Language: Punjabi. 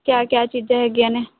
ਕੀ ਕੀ ਚੀਜ਼ਾਂ ਹੈਗੀਆ ਨੇ